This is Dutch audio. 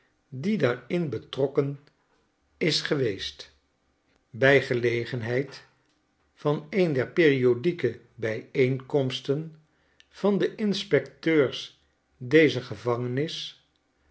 die daarin betrokken is geweest bij gelegenheid van een der periodieke bijeenkomsten van de inspecteurs dezer gevangenis